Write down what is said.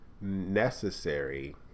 necessary